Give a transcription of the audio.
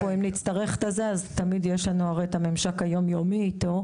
אם נצטרך תמיד יש לנו את הממשק היום-יומי איתו.